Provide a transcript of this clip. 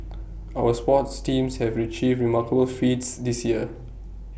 our sports teams have Retrieve remarkable feats this year